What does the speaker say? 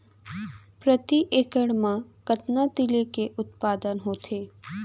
प्रति एकड़ मा कतना तिलि के उत्पादन होथे?